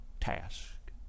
task